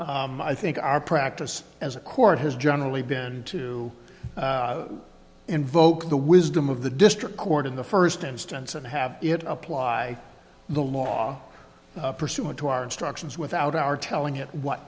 case i think our practice as a court has generally been to invoke the wisdom of the district court in the first instance and have it apply the law pursuant to our instructions without our telling it what